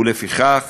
ולפיכך